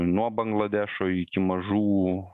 nuo bangladešo iki mažų